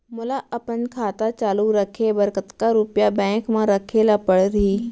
मोला अपन खाता चालू रखे बर कतका रुपिया बैंक म रखे ला परही?